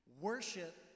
Worship